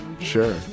Sure